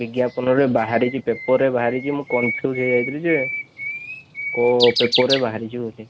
ବିଜ୍ଞାପନରେ ବାହାରିଛି ପେପରରେ ବାହାରିଛି ମୁଁ କନଫିୟୁଜ୍ ହେଇଯାଇଥିଲି ଯେ କେଉଁ ପେପରରେ ବାହାରିଛି ବୋଲି